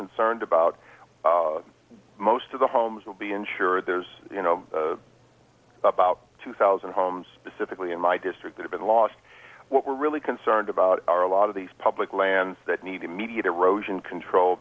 concerned about most of the homes will be insured there's you know about two thousand homes pacifically in my district that have been lost what we're really concerned about are a lot of these public lands that need immediate erosion control